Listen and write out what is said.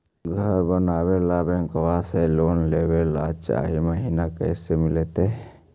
घर बनावे ल बैंक से लोन लेवे ल चाह महिना कैसे मिलतई?